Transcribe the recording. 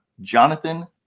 Jonathan